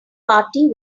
party